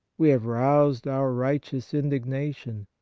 we have roused our righteous indignation.